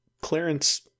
Clarence